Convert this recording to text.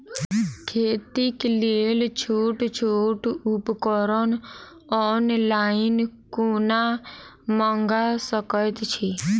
खेतीक लेल छोट छोट उपकरण ऑनलाइन कोना मंगा सकैत छी?